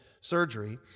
surgery